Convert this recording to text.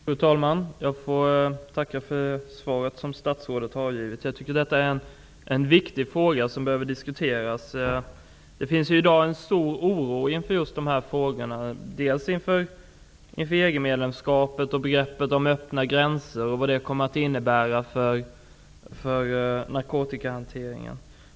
Fru talman! Jag får tacka för det svar som statsrådet har givit. Detta är en viktig fråga som behöver diskuteras. Det finns i dag en stor oro inför EG medlemskapet och begreppet öppna gränser och vad detta kommer att innebära för narkotikahanteringen.